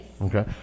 okay